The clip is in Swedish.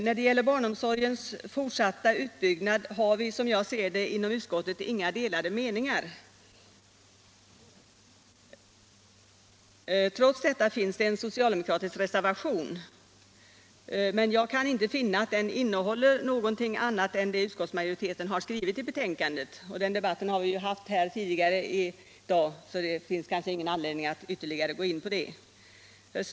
När det gäller barnomsorgens fortsatta utbyggnad har vi inom utskottet inga delade meningar. Trots detta finns en socialdemokratisk reservation. Jag kan inte finna att den innehåller något annat än det utskottsmajoriteten skrivit i betänkandet. Den debatten har vi ju haft här tidigare i dag, och det finns kanske ingen anledning att ytterligare gå in på den saken.